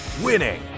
winning